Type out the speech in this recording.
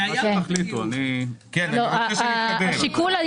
אני מבקשת